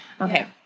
Okay